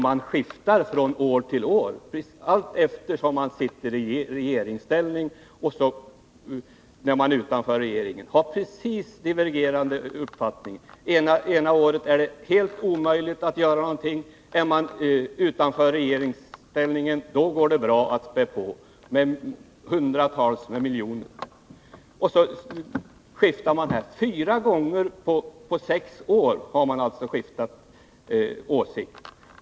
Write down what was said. Man skiftar uppfattning från år till år, allteftersom man sitter i regeringsställning eller inte gör det. Man för fram helt divergenta uppfattningar. Ena året är det alldeles omöjligt att göra någonting. När man inte längre är i regeringsställning går det bra att spä på med hundratals miljoner. Fyra gånger på sex år har man alltså skiftat åsikt.